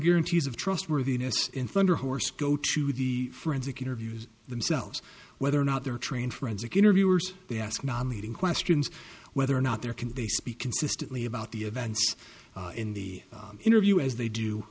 guarantees of trustworthiness in thunder horse go to the forensic interviews themselves whether or not they're trained forensic interviewers they ask non leading questions whether or not there can they speak consistently about the events in the interview as they do